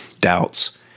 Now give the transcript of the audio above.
doubts